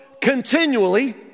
continually